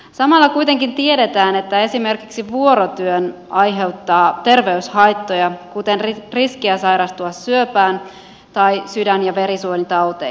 samalla kuitenkin tiedetään että esimerkiksi vuorotyö aiheuttaa terveyshaittoja kuten riskiä sairastua syöpään tai sydän ja verisuonitauteihin